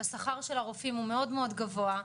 השכר של הרופאים הוא מאוד גבוה.